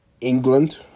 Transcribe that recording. England